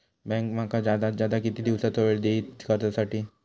Bank माका जादात जादा किती दिवसाचो येळ देयीत कर्जासाठी?